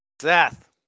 Seth